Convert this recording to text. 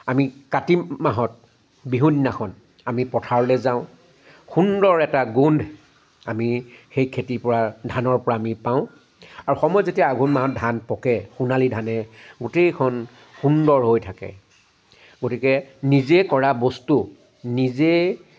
আমি কাতি মাহত বিহু দিনাখন আমি পথাৰলৈ যাওঁ সুন্দৰ এটা গোন্ধ আমি সেই খেতিৰ পৰা ধানৰ পৰা আমি পাওঁ আৰু সময়ত যেতিয়া আঘোণ মাহত ধান পকে সোণালী ধানে গোটেইখন সুন্দৰ হৈ থাকে গতিকে নিজে কৰা বস্তু নিজে